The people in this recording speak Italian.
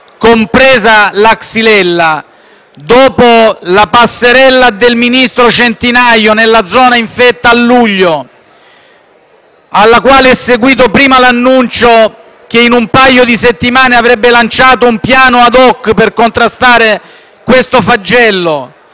compresa la Xylella; dopo la passerella a luglio del ministro Centinaio nella zona infetta (alla quale è seguito prima l'annuncio che in un paio di settimane avrebbe lanciato un piano *ad hoc* per contrastare questo flagello